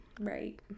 Right